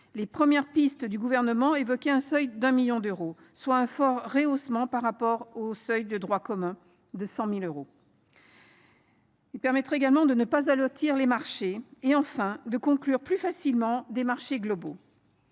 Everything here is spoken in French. Les premières pistes du Gouvernement évoquaient un seuil d’un million d’euros, soit un fort rehaussement par rapport au seuil de droit commun, qui est de 100 000 euros. Ces dérogations permettraient également de ne pas allotir les marchés et, enfin, de conclure plus facilement des marchés globaux.